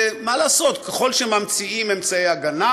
מה לעשות, ככל שממציאים אמצעי הגנה,